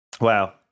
Wow